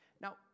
now